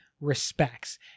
respects